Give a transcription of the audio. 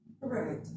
Right